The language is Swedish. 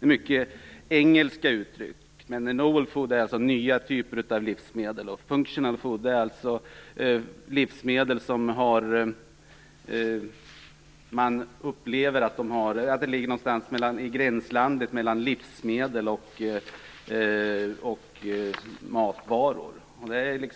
här mycket engelska uttryck, men novel foods är nya typer av livsmedel och functional foods är livsmedel som upplevs ligga i gränslandet mellan livsmedel och mediciner.